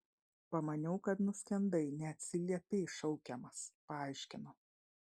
pamaniau kad nuskendai neatsiliepei šaukiamas paaiškino